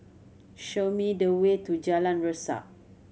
show me the way to Jalan Resak